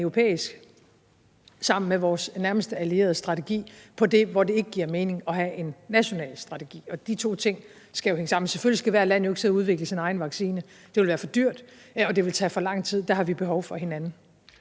strategi sammen med vores nærmeste allierede der, hvor det ikke giver mening at have en national strategi, og de to ting skal jo hænge sammen. Selvfølgelig skal hvert et land jo ikke sidde og udvikle sin egen vaccine. Det ville være for dyrt, og det ville tage for lang tid. Der har vi behov for hinanden.